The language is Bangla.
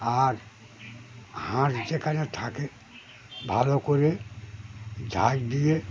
আর হাঁস যেখানে থাকে ভালো করে ঝাক দিয়ে